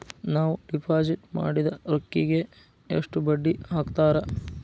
ನಾವು ಡಿಪಾಸಿಟ್ ಮಾಡಿದ ರೊಕ್ಕಿಗೆ ಎಷ್ಟು ಬಡ್ಡಿ ಹಾಕ್ತಾರಾ?